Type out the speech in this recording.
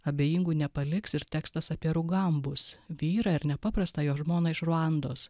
abejingų nepaliks ir tekstas apie rugambus vyrą ir nepaprastą jo žmoną iš ruandos